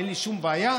אין לי שום בעיה.